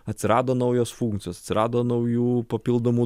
atsirado naujos funkcijos atsirado naujų papildomų